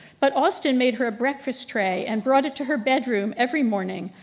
but austen made her breakfast tray and brought it to her bedroom every morning.